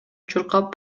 чуркап